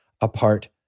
apart